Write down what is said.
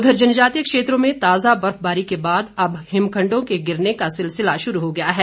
उधर जनजातीय क्षेत्रों में ताजा बर्फबारी के बाद अब हिमखंडों के गिरने का सिलसिला शुरू हो गया है